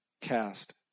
cast